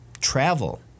travel